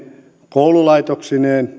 koululaitoksineen